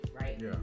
right